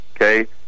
Okay